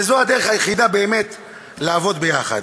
וזו הדרך היחידה באמת לעבוד יחד.